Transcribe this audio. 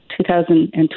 2020